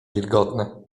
wilgotne